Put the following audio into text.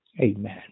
Amen